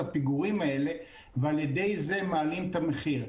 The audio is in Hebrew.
הפיגורים האלה ועל ידי זה מעלים את המחיר.